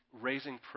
raising